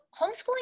homeschooling